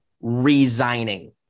resigning